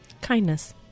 kindness